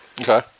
okay